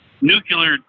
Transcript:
nuclear